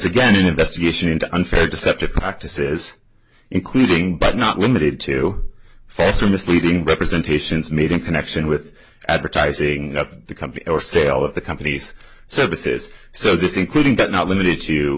again an investigation into unfair deceptive practices including but not limited to false or misleading representations made in connection with advertising of the company or sale of the company's services so this including but not limited to